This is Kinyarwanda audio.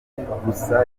gusa